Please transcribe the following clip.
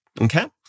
Okay